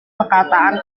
perkataan